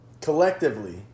collectively